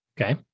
okay